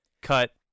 cut